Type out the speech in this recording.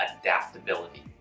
adaptability